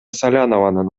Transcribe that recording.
салянованын